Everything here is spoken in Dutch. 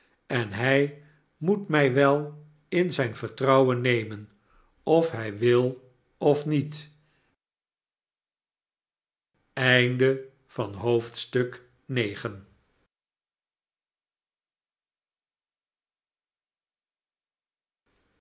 en hij moet mij wel in zijn vertrouwen nemen of hij wil of niet